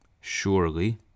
Surely